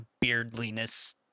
beardliness